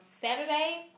Saturday